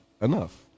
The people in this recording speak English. enough